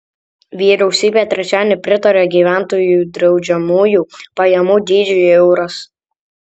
vyriausybė trečiadienį pritarė gyventojų draudžiamųjų pajamų dydžiui euras